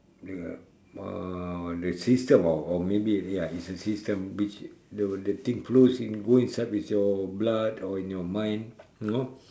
the uh the system or or maybe ya it's a system which the thing flows goes inside with your blood or in your mind you know